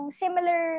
similar